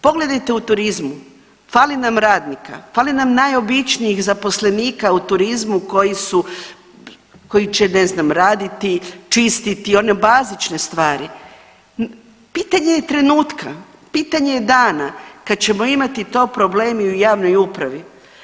Pogledajte u turizmu, fali nam radnika, fali nam najobičnijih zaposlenika u turizmu koji su, koji će ne znam raditi, čistiti, one bazične stvari, pitanje je trenutka, pitanje je dana kad ćemo imati to problem i u javnoj uspravi.